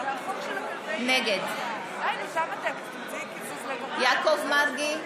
נגד יעקב מרגי,